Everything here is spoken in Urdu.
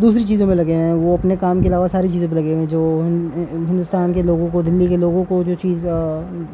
دوسری چیزوں میں لگے ہیں وہ اپنے کام کے علاوہ ساری چیزوں پہ لگے ہیں جو ہندوستان کے لوگوں کو دہلی کے لوگوں کو جو چیز